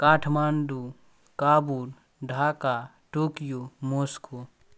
Kathmandu Kabul Dhaka Tokyo Moscow